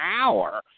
hour